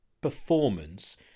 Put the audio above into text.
performance